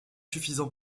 suffisant